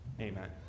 Amen